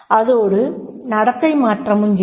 அதோடு நடத்தை மாற்றமும் இருக்கும்